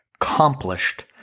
accomplished